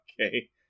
Okay